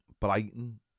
Brighton